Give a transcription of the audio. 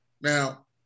Now